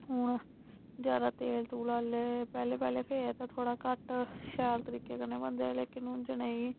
हून ज्यादा तेल तूल आह्ले पैह्ले पैह्ले फिर थोह्ड़ा घट्ट शैल तरीके कन्ने बनदे ऐ लेकिन हून जनेही